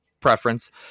preference